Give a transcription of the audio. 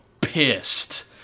pissed